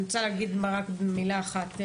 אני רוצה להגיד מילה אחת.